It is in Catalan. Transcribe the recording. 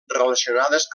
relacionades